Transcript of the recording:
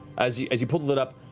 as you as you pull the lid up,